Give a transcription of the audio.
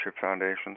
foundations